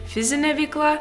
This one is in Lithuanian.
fizinė veikla